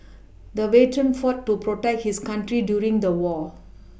the veteran fought to protect his country during the war